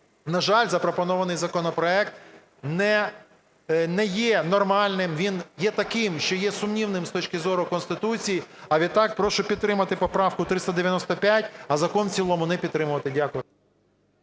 На жаль, запропонований законопроект не є нормальним, він є таким, що є сумнівним з точки зору Конституції. А відтак прошу підтримати поправку 395, а закон в цілому не підтримувати. Дякую.